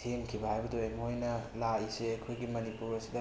ꯊꯦꯡꯈꯤꯕ ꯍꯥꯏꯕꯗꯨ ꯑꯣꯏ ꯃꯣꯏꯅ ꯂꯥꯛꯏꯁꯦ ꯑꯩꯈꯣꯏꯒꯤ ꯃꯅꯤꯄꯨꯔ ꯑꯁꯤꯗ